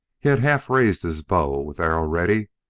he had half raised his bow, with arrow ready,